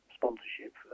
sponsorship